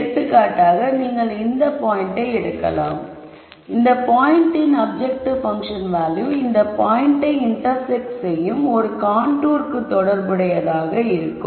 எடுத்துக்காட்டாக நீங்கள் இந்த பாயிண்ட்டை எடுக்கலாம் இந்த பாயின்ட் இன் அப்ஜெக்டிவ் பங்க்ஷன் வேல்யூ இந்தப் பாயிண்டை இன்டர்செக்ட் செய்யும் ஒரு கான்டூர்க்கு தொடர்புடையதாக இருக்கும்